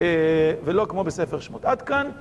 ולא כמו בספר שמות. עד כאן.